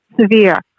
Severe